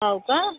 हो का